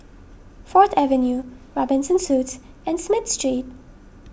Fourth Avenue Robinson Suites and Smith Street